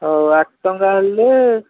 ହଉ ଆଠ ଟଙ୍କା ହେଲେ